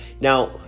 Now